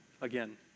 Again